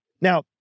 Now